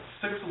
six